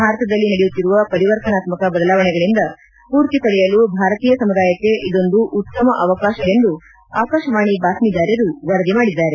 ಭಾರತದಲ್ಲಿ ನಡೆಯುತ್ತಿರುವ ಪರಿವರ್ತನಾತ್ಮಕ ಬದಲಾವಣೆಗಳಿಂದ ಸ್ವೂರ್ತಿ ಪಡೆಯಲು ಭಾರತೀಯ ಸಮುದಾಯಕ್ಕೆ ಇದೊಂದು ಉತ್ತಮ ಅವಕಾಶ ಎಂದು ಆಕಾಶವಾಣಿ ಬಾತ್ನಿದಾರರು ವರದಿ ಮಾಡಿದ್ದಾರೆ